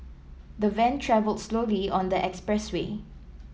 the van travelled slowly on the expressway